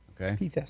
Okay